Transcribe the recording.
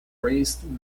raised